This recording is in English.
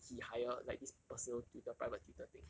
he hire like this personal tutor private tutor thing